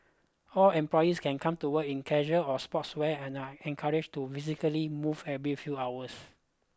all employees can come to work in casual or sportswear and I encouraged to physically move every few hours